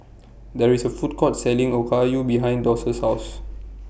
There IS A Food Court Selling Okayu behind Doss' House